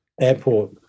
airport